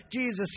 Jesus